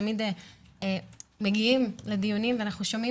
תמיד מגיעים לדיונים ואנחנו שומעים